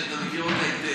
שאתה מכיר אותה היטב,